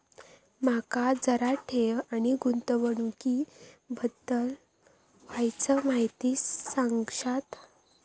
माका जरा ठेव आणि गुंतवणूकी बद्दल वायचं माहिती सांगशात?